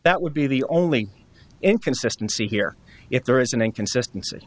that would be the only inconsistency here if there is an inconsistency